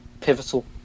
pivotal